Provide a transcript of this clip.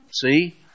see